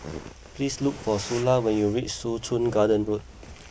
please look for Sula when you reach Soo Chow Garden Road